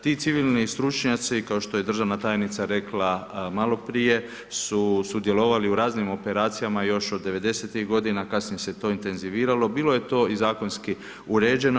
Ti civilni stručnjaci, kao što je državna tajnica rekla maloprije, su sudjelovali u raznim operacijama još od 90.-tih godina, kasnije se to intenziviralo, bilo je to i zakonski uređeno.